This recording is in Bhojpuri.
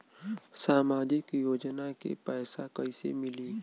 सामाजिक योजना के पैसा कइसे मिली?